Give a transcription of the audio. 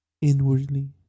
inwardly